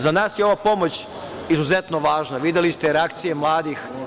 Za nas je ova pomoć izuzetno važna, videli ste reakcije mladih.